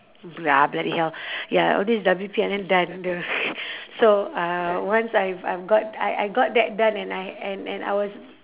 blah bloody hell ya all these W_P_L_N done the so uh once I I've got I I got that done and I and and I was